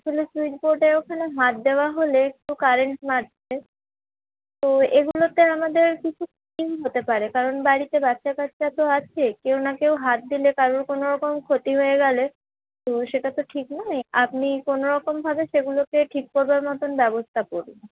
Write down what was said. আসলে সুইচবর্ডের ওখানে হাত দেওয়া হলে একটু কারেন্ট মারছে তো এগুলোতে আমাদের কিছু হতে পারে কারণ বাড়িতে বাচ্চা কাচ্চা তো আছে কেউ না কেউ হাত দিলে কারোর কোনোরকম ক্ষতি হয়ে গেলে তো সেটা তো ঠিক নয় আপনি কোনোরকম ভাবে সেগুলিকে ঠিক করাবার মতন ব্যবস্থা করুন